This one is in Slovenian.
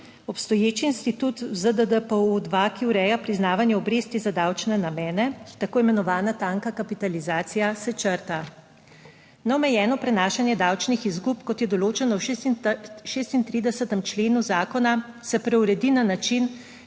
Obstoječi institut ZDDPO-2, ki ureja priznavanje obresti za davčne namene, tako imenovana tanka kapitalizacija, se črta. Neomejeno prenašanje davčnih izgub, kot je določeno v 36. členu zakona, se preuredi na način,